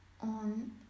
on